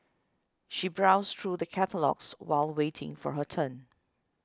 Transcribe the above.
she browsed through the catalogues while waiting for her turn